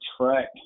track